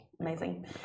Amazing